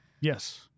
Yes